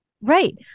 Right